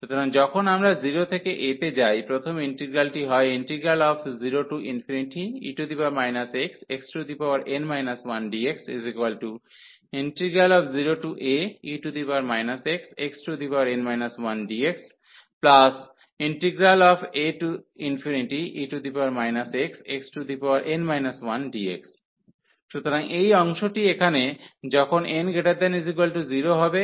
সুতরাং যখন আমরা 0 থেকে a তে যাই প্রথম ইন্টিগ্রালটি হয় 0e xxn 1dx0ae xxn 1dxae xxn 1dx সুতরাং এই অংশটি এখানে যখন n≥0 হবে